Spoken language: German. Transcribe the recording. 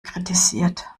kritisiert